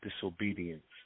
disobedience